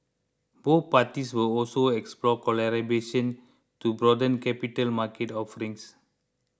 both parties will also explore collaboration to broaden capital market offerings